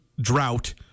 drought